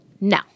no